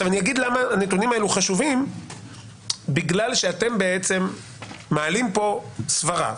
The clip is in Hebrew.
הנתונים האלה חשובים בגלל שאתם מעלים פה סברה